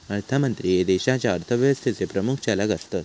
अर्थमंत्री हे देशाच्या अर्थव्यवस्थेचे प्रमुख चालक असतत